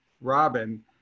Robin